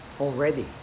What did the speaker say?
already